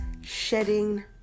shedding